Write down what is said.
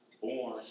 born